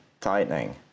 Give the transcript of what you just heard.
tightening